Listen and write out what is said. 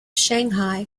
shanghai